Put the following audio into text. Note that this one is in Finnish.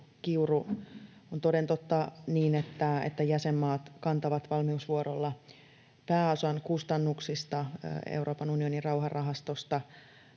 Kiuru, on toden totta niin, että jäsenmaat kantavat valmiusvuorolla pääosan kustannuksista. Euroopan unionin rauhanrahastosta